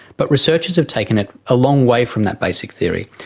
but researchers have taken it a long way from that basic theory.